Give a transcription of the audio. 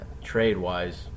trade-wise